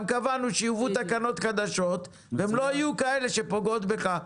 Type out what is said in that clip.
גם קבענו שיובאו תקנות חדשות והן לא יהיו כאלה שפוגעות בך.